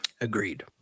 Agreed